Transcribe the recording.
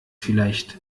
vielleicht